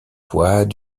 poids